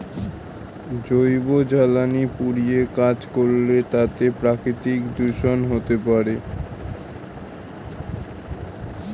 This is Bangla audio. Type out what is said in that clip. জৈব জ্বালানি পুড়িয়ে কাজ করলে তাতে প্রাকৃতিক দূষন হতে পারে